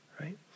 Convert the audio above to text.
right